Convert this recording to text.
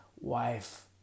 wife